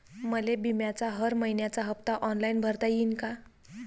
मले बिम्याचा हर मइन्याचा हप्ता ऑनलाईन भरता यीन का?